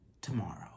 tomorrow